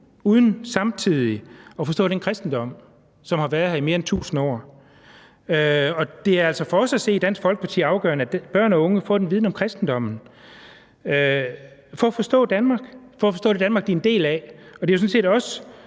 uden samtidig at forstå den kristendom, som har været her i mere end 1.000 år. Det er altså for os at se i Dansk Folkeparti afgørende, at børn og unge får den viden om kristendommen for at forstå Danmark, for at forstå det Danmark, de er en del af. Det er jo sådan set også